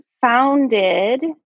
founded